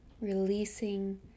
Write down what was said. Releasing